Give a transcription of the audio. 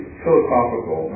philosophical